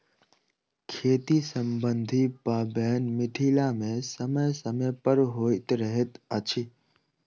खेती सम्बन्धी पाबैन मिथिला मे समय समय पर होइत रहैत अछि